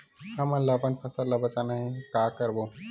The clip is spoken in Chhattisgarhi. हमन ला अपन फसल ला बचाना हे का करबो?